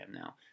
now